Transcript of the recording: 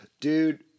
Dude